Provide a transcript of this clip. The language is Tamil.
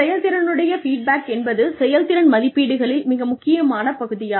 செயல்திறனுடைய ஃபீட்பேக் என்பது செயல்திறன் மதிப்பீடுகளில் மிக முக்கியமான பகுதியாகும்